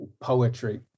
poetry